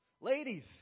Ladies